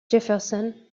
jefferson